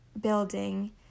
building